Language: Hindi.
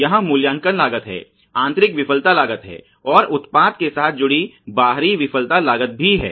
यहाँ मूल्यांकन लागत है आंतरिक विफलता लागत हैं और उत्पाद के साथ जुड़ी बाहरी विफलता लागत भी है